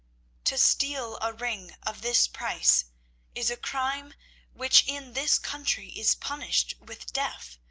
to steal a ring of this price is a crime which in this country is punished with death.